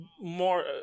more